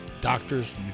doctors